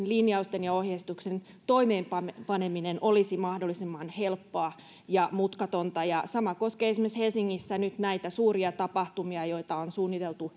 linjausten ja ohjeistuksen toimeenpaneminen olisi mahdollisimman helppoa ja mutkatonta sama koskee esimerkiksi helsingissä suuria tapahtumia joita on suunniteltu